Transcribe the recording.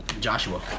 Joshua